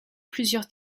plusieurs